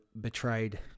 betrayed